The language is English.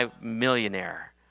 millionaire